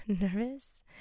nervous